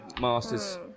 master's